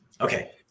Okay